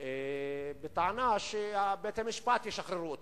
בטענה שבתי-המשפט ישחררו אותם.